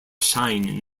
shine